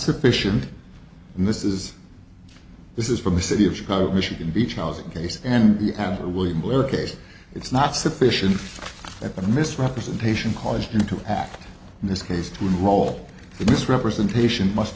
sufficient and this is this is from the city of chicago michigan beach was a case in the amber william blair case it's not sufficient that the misrepresentation caused him to act in this case to roll the misrepresentation must